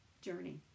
journey